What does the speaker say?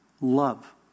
love